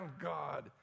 God